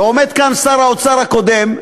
ועומד פה שר האוצר הקודם,